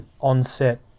onset